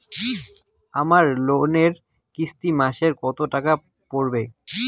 আমার লোনের কিস্তি মাসিক কত টাকা পড়বে?